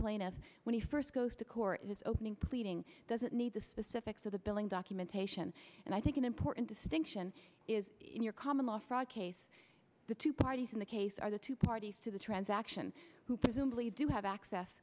plaintiff when he first goes to court in his opening pleading doesn't need the specifics of the billing documentation and i think an important distinction is in your common law fraud case the two parties in the case are the two parties to the transaction who presumably do have access